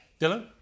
Dylan